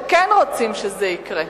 שכן רוצים שזה יקרה.